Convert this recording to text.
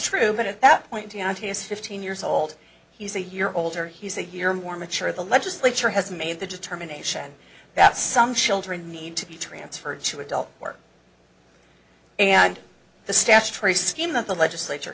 true but at that point is fifteen years old he's a year older he's a year more mature the legislature has made the determination that some children need to be transferred to adult court and the stats traced scheme that the legislature